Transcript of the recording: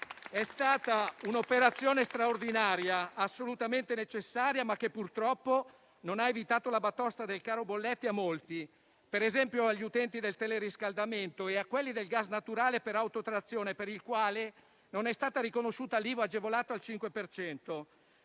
è stata un'operazione straordinaria, assolutamente necessaria, ma che purtroppo non ha evitato la batosta del caro bollette a molti. Penso, per esempio, agli utenti del teleriscaldamento e a quelli del gas naturale per autotrazione, per il quale non è stata riconosciuta l'IVA agevolata al 5